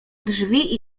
drzwi